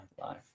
life